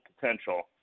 potential